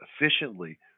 efficiently